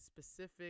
specific